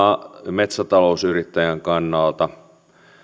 metsätalousyrittäjän kannalta